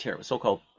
so-called